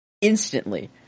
instantly